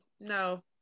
No